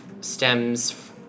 stems